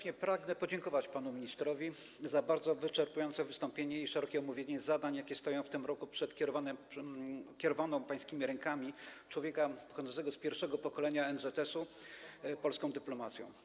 Na wstępie pragnę podziękować panu ministrowi za bardzo wyczerpujące wystąpienie i szerokie omówienie zadań, jakie stoją w tym roku przed kierowaną pańskimi rękami, człowieka pochodzącego z pierwszego pokolenia NZS-u, polską dyplomacją.